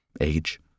age